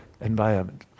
environment